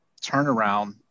turnaround